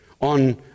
on